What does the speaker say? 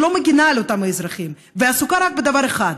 שלא מגינה על אותם האזרחים ועסוקה רק בדבר אחד,